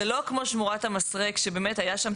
זה לא כמו שמורת המסרק שבאמת היה שם